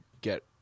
get